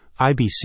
IBC